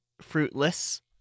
fruitless